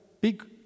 big